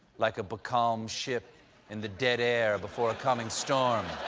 like a becalmed ship in the dead air before a coming storm.